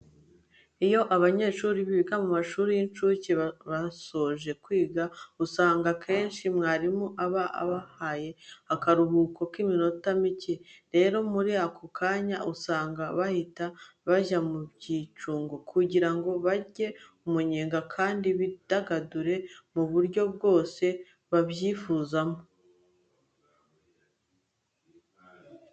Iyo abanyeshuri biga mu mashuri y'incuke basoje kwiga, usanga akenshi mwarimu aba abahaye akaruhuko k'iminota mike. Rero muri ako kanya usanga bahita bajya mu byicungo kugira ngo barye umunyenga kandi bidagadure mu buryo bwose babyifuzamo.